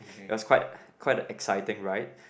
it was quite quite a exciting ride